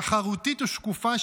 תחרותית ושקופה,